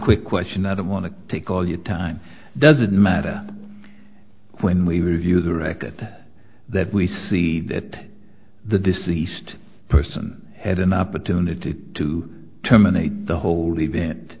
quick question i don't want to take all your time doesn't matter when we review the record that that we see that the deceased person had an opportunity to terminate the whole event